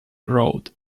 road